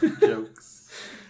Jokes